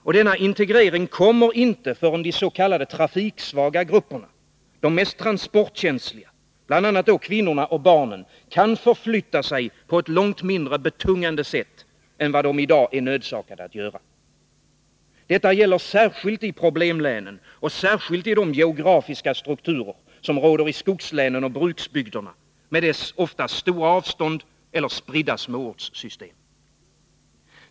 Och denna integrering kommer inte förrän de s.k. trafiksvaga grupperna, de mest transportkänsliga, bl.a. då kvinnorna och barnen, kan förflytta sig på ett långt mindre betungande sätt än de i dag är nödsakade att göra. Detta gäller särskilt i problemlänen och särskilt i de geografiska strukturer som råder i skogslänen och bruksbygderna med deras ofta stora avstånd eller spridda småortssystem.